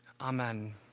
Amen